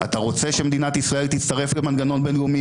על סעיף ג' שהוא פסקת ההתגברות ננהל את הדיון היותר מדוקדק מחר,